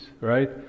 right